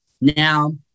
Now